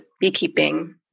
beekeeping